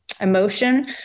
emotion